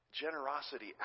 generosity